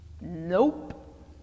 Nope